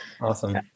Awesome